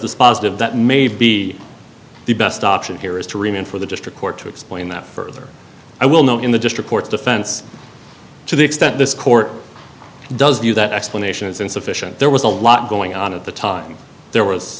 dispositive that may be the best option here is to remain for the district court to explain that further i will know in the district court's defense to the extent this court does view that explanation is insufficient there was a lot going on at the time there w